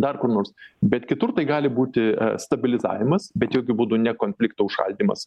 dar kur nors bet kitur tai gali būti stabilizavimas bet jokiu būdu ne konflikto užšaldymas